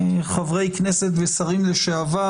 חברי כנסת ושרים לשעבר,